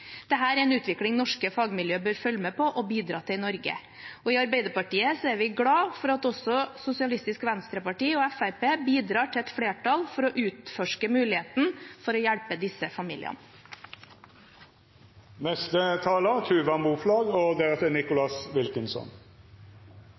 er en utvikling norske fagmiljø bør følge med på og bidra til i Norge. I Arbeiderpartiet er vi glad for at også Sosialistisk Venstreparti og Fremskrittspartiet bidrar til et flertall for å utforske muligheten for å hjelpe disse